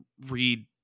read